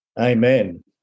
Amen